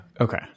Okay